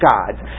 God's